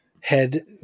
head